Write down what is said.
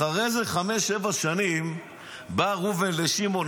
אחרי איזה חמש או שבע שנים בא ראובן לשמעון,